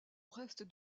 reste